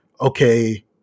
okay